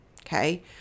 okay